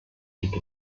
gibt